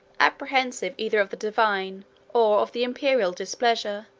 apprehensive either of the divine or of the imperial displeasure,